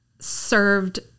served